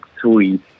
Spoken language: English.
sweet